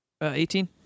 18